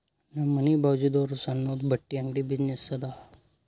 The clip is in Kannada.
ನಮ್ ಮನಿ ಬಾಜುದಾವ್ರುದ್ ಸಣ್ಣುದ ಬಟ್ಟಿ ಅಂಗಡಿ ಬಿಸಿನ್ನೆಸ್ ಅದಾ